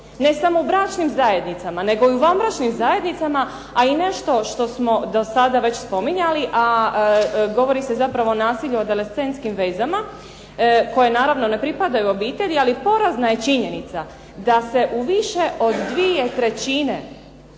ne samo u bračnim zajednicama nego i u vanbračnim zajednicama a i nešto što smo do sada već spominjali a govori se zapravo o nasilju u adolescentskim vezama koje naravno ne pripadaju obitelji ali porazna je činjenica da se u više od 2/3